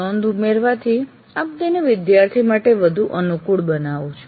નોંધ ઉમેરવાથી આપ તેને વિદ્યાર્થી માટે વધુ અનુકૂળ બનાવો છો